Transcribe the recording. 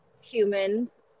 humans